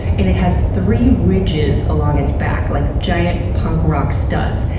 and it has three ridges along its back, like giant punk rock studs.